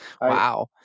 Wow